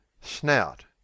Snout